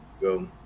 go